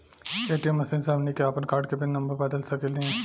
ATM machine से हमनी के आपन कार्ड के पिन नम्बर बदल सके नी